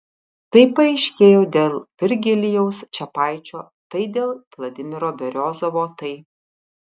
tai paaiškėjo dėl virgilijaus čepaičio tai dėl vladimiro beriozovo tai